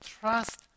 trust